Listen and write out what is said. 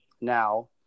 Now